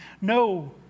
no